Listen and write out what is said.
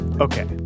Okay